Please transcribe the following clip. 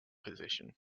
position